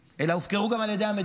אלא הופקרו גם על ידי המדינה.